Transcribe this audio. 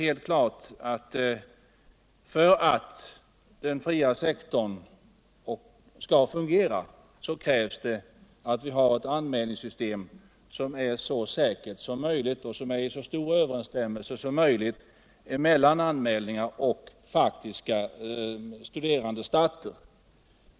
Men för att den fria sektorn skall fungera krävs det att vi har ett anmälningssystem som ger så stor överensstämmelse som möjligt mellan anmälningar och faktiska studerandestarter.